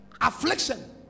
affliction